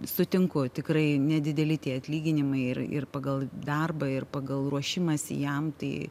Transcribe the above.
sutinku tikrai nedideli tie atlyginimai ir ir pagal darbą ir pagal ruošimąsi jam tai